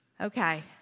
Okay